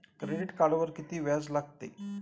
Credit कार्डवर किती व्याज लागते?